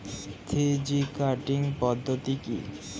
Three G cutting পদ্ধতি কি?